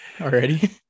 already